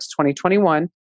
2021